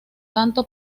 tanto